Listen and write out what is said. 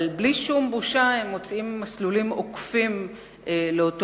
אבל בלי שום בושה הם מוצאים מסלולים עוקפים לאותו